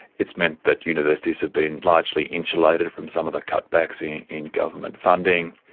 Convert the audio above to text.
it's meant that universities have been largely insulated from some of the cutbacks in in government funding.